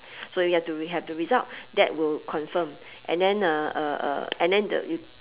so we have the we have the result that will concern and then uh uh uh and then